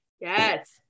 Yes